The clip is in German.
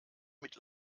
mit